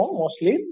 mostly